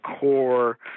core